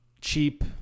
Cheap